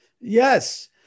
Yes